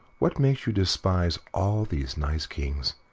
what makes you despise all these nice kings?